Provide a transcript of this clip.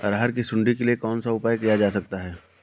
अरहर की सुंडी के लिए कौन सा उपाय किया जा सकता है?